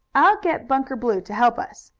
i'll get bunker blue to help us,